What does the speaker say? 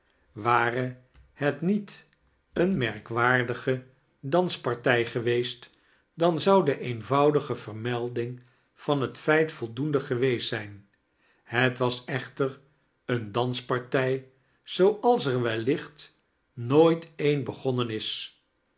ware het niet eene merkwaardige danspartij geweest dan zou de eenvoudige vermelding van het feat voldoende geweest zijn het was echter eene danspartij zooals er wellicht nooit een begonneai isi